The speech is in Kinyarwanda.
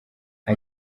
nta